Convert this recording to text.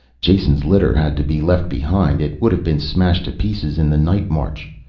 jason's litter had to be left behind, it would have been smashed to pieces in the night march.